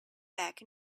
back